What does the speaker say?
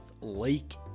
lake